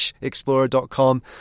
explorer.com